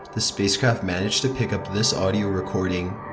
the spacecraft managed to pick up this audio recording.